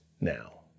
now